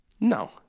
No